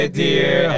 dear